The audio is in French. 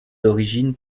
d’origine